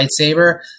lightsaber